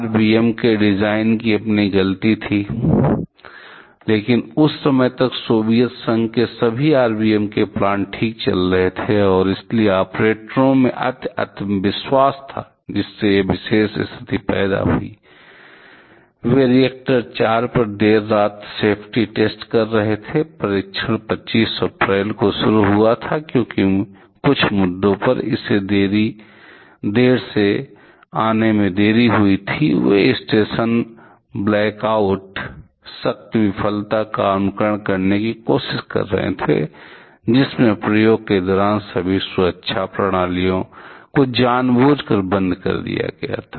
RBMK design की अपनी गलती थी लेकिन उस समय तक सोवियत संघ के सभी RBMK प्लांट ठीक चल रहे हैं और इसलिए ऑपरेटरों में अति आत्मविश्वास था जिससे यह विशेष स्थिति पैदा हुई वे रिएक्टर 4 पर देर रात सेफ्टी टेस्ट कर रहे हैं परीक्षण 25 अप्रैल को शुरू हुआ था क्योंकि कुछ मुद्दों पर इसे देर से आने में देरी हुई थी और वे स्टेशन ब्लैकआउट शक्ति विफलता का अनुकरण करने की कोशिश कर रहे हैं जिसमें प्रयोग के दौरान सभी सुरक्षा प्रणालियों को जानबूझकर बंद कर दिया गया था